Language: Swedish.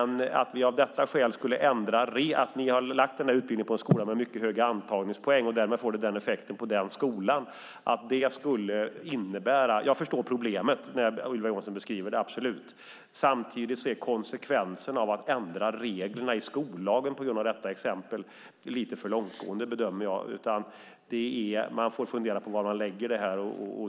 Ni har lagt den här utbildningen på en skola med mycket höga antagningspoäng, och därmed får det denna effekt. Jag förstår problemet som Ylva Johansson beskriver, men konsekvensen av att ändra reglerna i skollagen på grund av detta exempel är lite för långtgående, bedömer jag. Man får fundera lite på var man lägger detta.